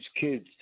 kids